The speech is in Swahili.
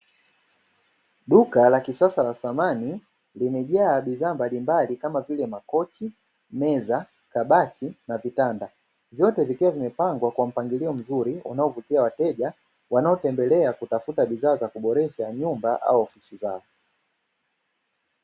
Duka la kisasa la samani limejaa bidhaa mbalimbali kama vile: makochi, meza, kabati na vitanda; vyote vikiwa vimepangwa kwa mpangilio mzuri unaovutia wateja, wanaotembelea kutafuta bidhaa za kuboresha nyumba au ofisi zao.